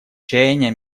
чаяния